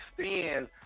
stand